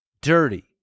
dirty